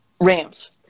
Rams